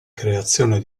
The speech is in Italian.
creazione